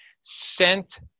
sent